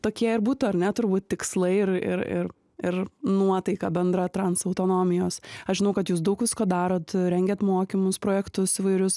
tokie ir būtų ar ne turbūt tikslai ir ir ir ir nuotaika bendra trans autonomijos aš žinau kad jūs daug visko darot rengiant mokymus projektus įvairius